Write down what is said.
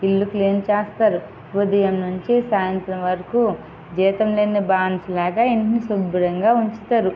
ఇల్లు క్లీన్ చేస్తారు ఉదయం నుంచి సాయంత్రం వరకు జీతం లేని బానిసలాగా ఇంటిని శుభ్రంగా ఉంచుతారు